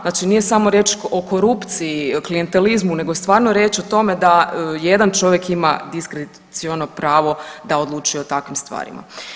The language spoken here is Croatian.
Znači nije samo riječ o korupciji, klijentelizmu, nego je stvarno riječ o tome da jedan čovjek ima diskreciono pravo da odlučuje o takvim stvarima.